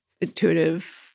intuitive